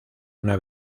una